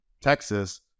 Texas